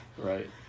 right